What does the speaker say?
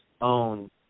own